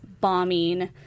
bombing